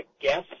guess